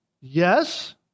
Yes